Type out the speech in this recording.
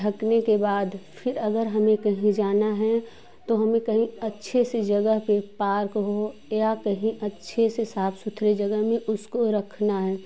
ढँकने के बाद फिर अगर हमें कहीं ज़ाना है तो हमें कहीं अच्छे से जगह पर पार्क हो या कहीं अच्छे से साफ सुथरे जगह में उसको रखना हैं